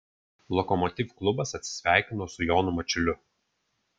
lokomotiv klubas atsisveikino su jonu mačiuliu